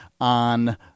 on